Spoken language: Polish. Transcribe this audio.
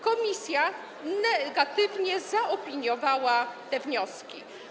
Komisja negatywnie zaopiniowała te wnioski.